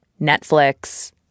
Netflix